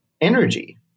energy